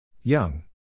Young